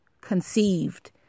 conceived